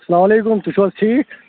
سلام علیکُم تُہۍ چھُوا حظ ٹھیٖک